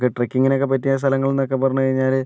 നമുക്ക് ട്രക്കിങ്ങിനൊക്കെ പറ്റിയ സ്ഥലങ്ങൾ എന്നൊക്കെ പറഞ്ഞ് കഴിഞ്ഞാൽ